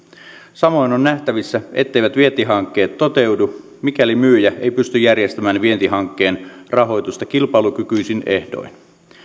samoin on nähtävissä etteivät vientihankkeet toteudu mikäli myyjä ei pysty järjestämään vientihankkeen rahoitusta kilpailukykyisin ehdoin